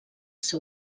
seu